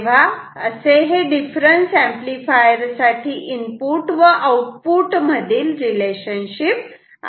तेव्हा असे हे डिफरन्स एंपलीफायर साठी इनपुट व आउटपुट मधील रिलेशनशिप आहे